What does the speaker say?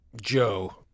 Joe